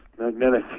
magnetic